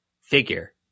figure